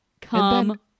come